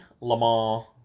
Lamar